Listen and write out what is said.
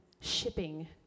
shipping